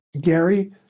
Gary